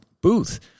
booth